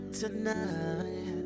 tonight